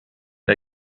der